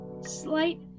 slight